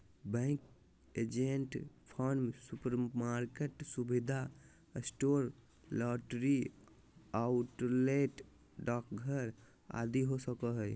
bank agent farm, supermarket, सुविधा store, lottery outlet, डाकघर आदि हो सको हइ